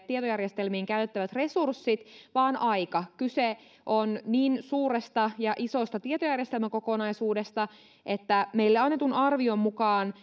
tietojärjestelmiin käytettävät resurssit vaan aika kyse on niin suuresta ja isosta tietojärjestelmäkokonaisuudesta että meille annetun arvion mukaan